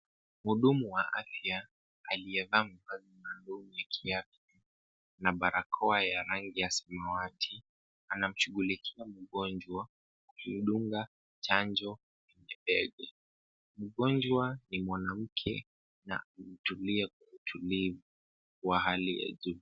Mhudumu wa afya aliyevaa mavazi maalum ya kiafya na barakoa ya rangi ya samawati anamshughulikia mgonjwa kwa kumdunga chanjo kwenye mabega. Mgonjwa ni mwanamke na ametulia kwa utulivu wa hali ya juu.